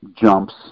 jumps